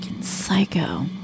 psycho